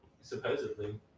Supposedly